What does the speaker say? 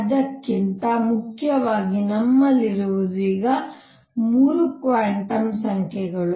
ಅದಕ್ಕಿಂತ ಮುಖ್ಯವಾಗಿ ನಮ್ಮಲ್ಲಿರುವುದು ಈಗ 3 ಕ್ವಾಂಟಮ್ ಸಂಖ್ಯೆಗಳು